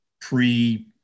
pre